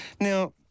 Now